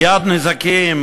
מייד נזעקים,